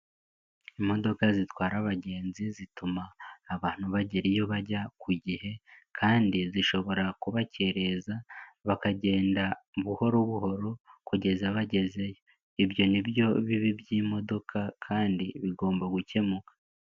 Imodoka zitwara abagenzi zituma abantu bagera iyo bajya ku gihe, kandi zishobora kubakereza bakagenda buhoro buhoro, kugeza bagezeyo. Ibyo nibyo bibi by'imodoka kandi bigomba gukemuka.